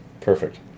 Perfect